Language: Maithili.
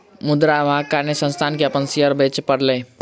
मुद्रा अभावक कारणेँ संस्थान के अपन शेयर बेच पड़लै